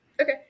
Okay